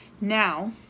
Now